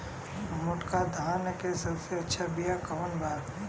मोटका धान के सबसे अच्छा बिया कवन बा?